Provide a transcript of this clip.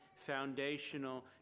foundational